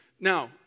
Now